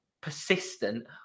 persistent